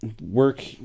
work